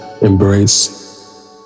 Embrace